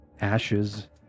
Ashes